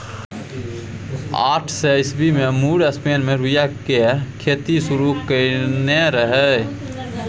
आठ सय ईस्बी मे मुर स्पेन मे रुइया केर खेती शुरु करेने रहय